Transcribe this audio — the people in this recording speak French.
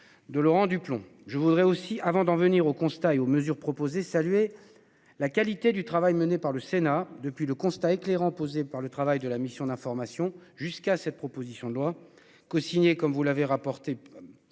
de Laurent Duplomb. Je voudrais aussi avant d'en venir aux constats et aux mesures proposées saluer la qualité du travail mené par le Sénat depuis le constat éclairant posée par le travail de la mission d'information, jusqu'à cette proposition de loi cosignée comme vous l'avez rapporté.